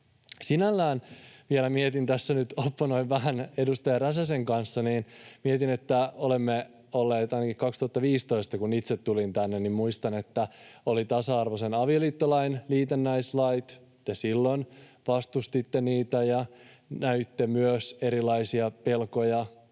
Sinällään vielä mietin tässä nyt — opponoin vähän edustaja Räsäsen kanssa — että ainakin 2015, kun itse tulin tänne, muistan, että oli tasa-arvoisen avioliittolain liitännäislait — te silloin vastustitte niitä ja näitte myös erilaisia pelkoja